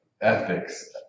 ethics